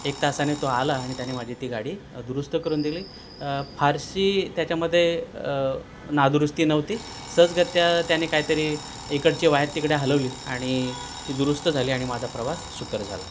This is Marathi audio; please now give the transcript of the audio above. एक तासाने तो आला आणि त्याने माझी ती गाडी दुरुस्त करून दिली फारशी त्याच्यामध्ये नादुरुस्ती नव्हती सहजगत्या त्याने काहीतरी इकडची वायर तिकडे हलवली आणि ती दुरुस्त झाली आणि माझा प्रवास सुकर झाला